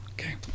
okay